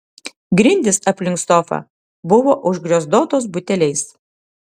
grindys aplink sofą buvo užgriozdotos buteliais